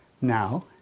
now